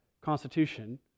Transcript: Constitution